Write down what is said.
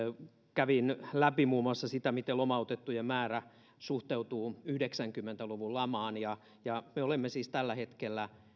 kävin läpi muun muassa sitä miten lomautettujen määrä suhteutuu yhdeksänkymmentä luvun lamaan ja ja me olemme siis tällä hetkellä